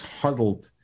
huddled